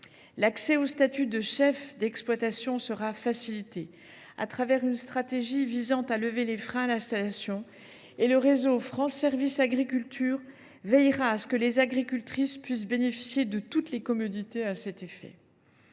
L’accès au statut de chef d’exploitation sera facilité au travers d’une stratégie visant à lever les freins à l’installation ; le réseau France Service Agriculture veillera à ce que les agricultrices puissent bénéficier de toutes les commodités à cet effet.